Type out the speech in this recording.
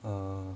err